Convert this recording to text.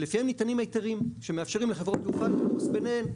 שלפיהם ניתנים ההיתרים שמאפשרים לחברות תעופה לטוס ביניהן.